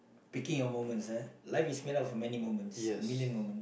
picking your moments ah life is made up of many moments a million moment